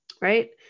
right